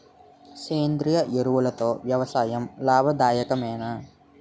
సేంద్రీయ ఎరువులతో వ్యవసాయం లాభదాయకమేనా?